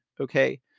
okay